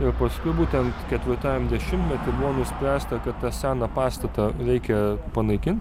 ir paskui būtent ketvirtajam dešimtmety buvo nuspręsta kad tą seną pastatą reikia panaikint